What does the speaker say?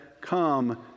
come